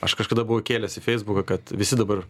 aš kažkada buvau įkėlęs į feisbuką kad visi dabar